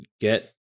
get